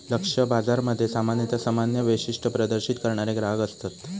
लक्ष्य बाजारामध्ये सामान्यता समान वैशिष्ट्ये प्रदर्शित करणारे ग्राहक असतत